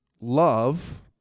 love